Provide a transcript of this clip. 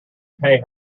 pay